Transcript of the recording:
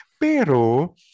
Pero